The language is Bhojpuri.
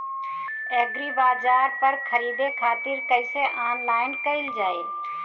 एग्रीबाजार पर खरीदे खातिर कइसे ऑनलाइन कइल जाए?